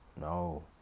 No